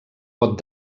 pot